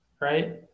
right